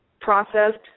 processed